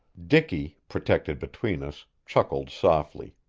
dicky, protected between us, chuckled softly.